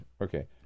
Okay